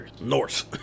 Norse